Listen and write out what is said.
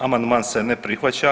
Amandman se ne prihvaća.